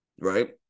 right